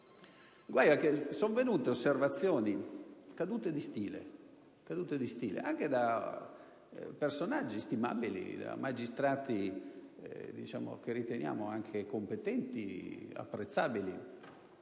sono venute osservazioni e cadute di stile anche da personaggi stimabili, da magistrati che riteniamo competenti ed apprezzabili.